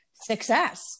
success